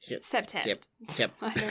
September